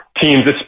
teams